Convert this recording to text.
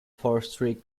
forestry